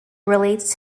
relates